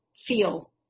feel